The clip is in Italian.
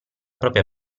propria